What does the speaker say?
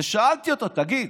ושאלתי אותו: תגיד,